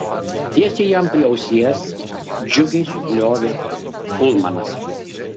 tiesiai jam prie ausies džiugiai subliovė ulmanas